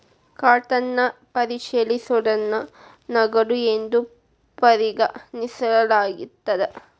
ಖಾತನ್ನ ಪರಿಶೇಲಿಸೋದನ್ನ ನಗದು ಎಂದು ಪರಿಗಣಿಸಲಾಗಿರ್ತದ